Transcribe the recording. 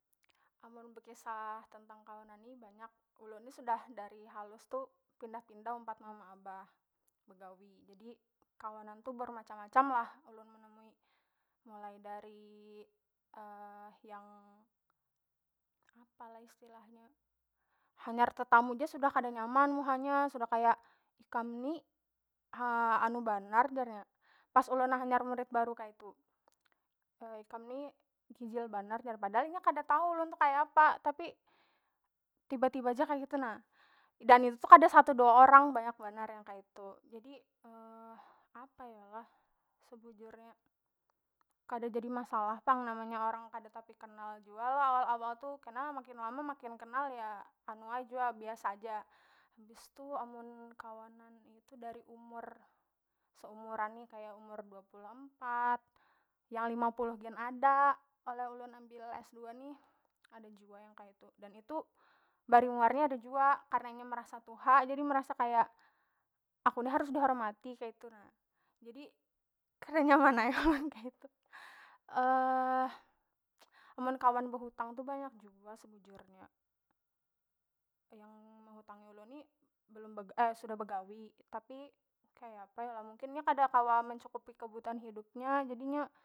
Amun bekisah tentang kawanan ni banyak ulun ni sudah dari halus tu pindah- pindah umpat mama abah begawi jadi kawanan tu bermacam- macam lah ulun menemui mulai dari yang apalah istilahnya hanyar tetamu ja sudah kada nyaman muha nya sudah kaya ikam ni anu banar jar nya pas ulun hanyar murid baru kaitu ikam ni kijil banar jarnya padahal inya kada tau ulun tuh kaya apa tapi tiba- tiba ja kaya gitu na dan itu tu kada satu dua orang banyak banar yang kaitu jadi apa yo lah sebujurnya kada jadi masalah pang namannya orang kada tapi kenal jua lo awal- awal tu kena makin lama makin kenal ya anu ai jua biasa ja habis tu amun kawanan itu dari umur seumuran ni kaya umur dua puluh empat yang lima puluh gin ada oleh ulun ambil s2 nih ada jua yang kaitu dan itu bari muar nya ada jua karna inya merasa tuha jadi merasa kaya aku ni harus dihormati kaitu nah jadi kada nyaman ai kaitu mun kawan behutang tu banyak jua sebujurnya yang mehutangi ulun ni belum sudah begawi tapi kaya apa yo lah mungkin nya kada kawa mencukupi kebutuhan hidupnya jadi nya.